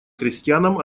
крестьянам